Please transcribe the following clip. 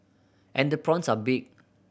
and the prawns are big